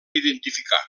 identificar